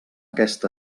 aquest